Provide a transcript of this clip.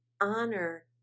honor